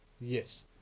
Yes